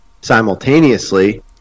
simultaneously